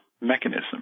mechanism